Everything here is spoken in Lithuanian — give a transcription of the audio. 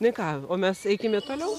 na ką o mes eikime toliau